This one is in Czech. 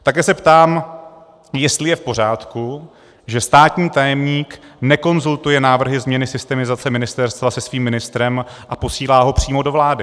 Také se ptám, jestli je v pořádku, že státní tajemník nekonzultuje návrhy změny systemizace ministerstva se svým ministrem a posílá ho přímo do vlády.